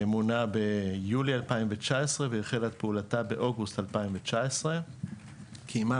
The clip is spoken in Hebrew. התחילה את הדיונים שלה איפה שהוא ב-2019 ובאמת ממש